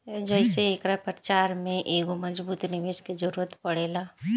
जेइसे एकरा प्रचार में एगो मजबूत निवेस के जरुरत पड़ेला